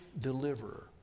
deliverer